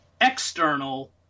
external